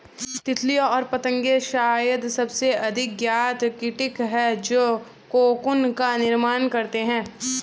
तितलियाँ और पतंगे शायद सबसे अधिक ज्ञात कीट हैं जो कोकून का निर्माण करते हैं